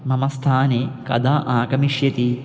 मम स्थाने कदा आगमिष्यति